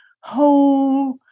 whole